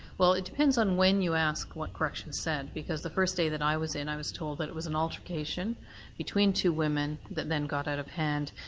well it depends on when you ask what corrections said, because the first day that i was in, i was told that it was an altercation between two women that then got out of hand,